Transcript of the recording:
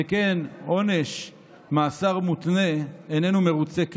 שכן עונש מאסר מותנה איננו מרוצה כלל.